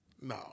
No